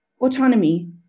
autonomy